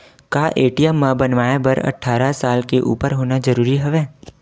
का ए.टी.एम बनवाय बर अट्ठारह साल के उपर होना जरूरी हवय?